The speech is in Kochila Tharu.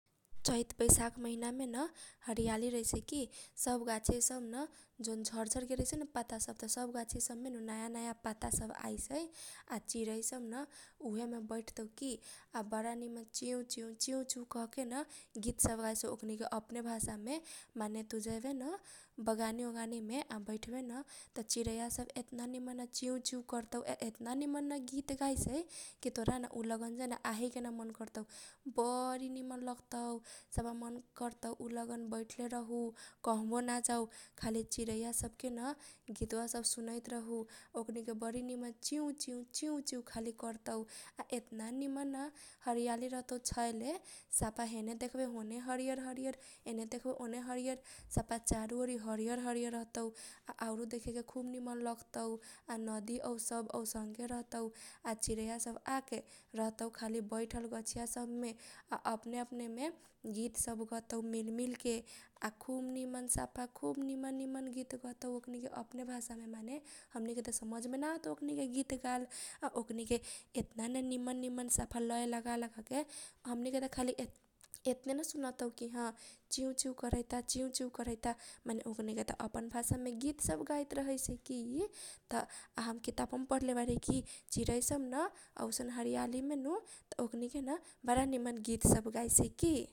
चैत बैशाख महिना मेन हरियाली रहैसै की सब गाछी सब न जौन झर झर गेल रहैसैन पाता सब न त सब मे नयाँ नयाँ पाता सब आइसै। आ चिरै सब न चाहे मे बैठतौ की । आ बारा निम्न से चिउ चिउ चिउ चिउ ककेन गित सब गाइसै ओकनीके अपने भाषा मे माने तु जैबेन बगानी ओगानी मे आ बैठबे न त चिरैया सब ऐतना निम्न चिउ चिउ करतौ आ ऐतना निम्न न गित गाइसै की तोरा न उ लगन सेन आही केन मन करतौ बरी निमन लगतौ सफा मन करतौ उ लगन बैठले रहु कहबो ना जाउ खाली चिरेया सब के न गितवि सब सुनैत रहु। ओकनीके बरी निमन चिउ चिउ चिउ चिउ खाली करतौ आ ऐतना निम्न न हरियाली रहतौ छयेले। सफा ऐने देखबे उनो हरियर हरियर ऐने देखबे उनो हरियर हरियर सफा चारु ओरी हरियर हरियर रहतौ। आ आउरू देखेके खुब निमन लगतौ आ नदी सब औसनके रहतौ। आ चिरैया सब आ आके रहतो खाली बैठल गछीया सब मे आ अपने अपने मे गित सब गतौ मिल मिल के आ खुब निमन सफा खुब निमन निमन गित सब गतौ ओकनीके अपने भाषा मे माने हमनी के त समझमे ना अतौ ओकनीके गित गाल आ ओकनीके ऐतना न निमन निमन सफा लये लगा लगा के । हमनी के त खाली ऐतने न सुनतौ की ह चिउ चिउ करैता खाली चिउ चिउ करैता माने ओकनीके त अपन भाषा मे गित सब गाइत रहैसै की त हम किताब वो पढले बारी चिरै सब न औसन हरियाली मेन बारा निम्न गित सब गाइसै की ।